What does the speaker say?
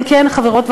כן, כן, חברות וחברים,